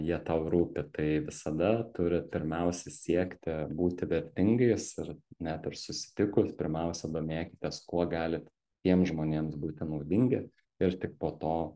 jie tau rūpi tai visada turit pirmiausia siekti būti vertingais ir net ir susitikus pirmiausia domėkitės kuo galit tiem žmonėms būti naudingi ir tik po to